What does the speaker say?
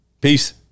peace